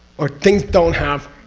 or things don't have